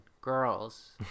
girls